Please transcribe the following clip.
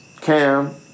Cam